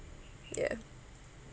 yeah